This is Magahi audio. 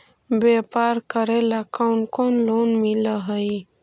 व्यापार करेला कौन कौन लोन मिल हइ?